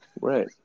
Right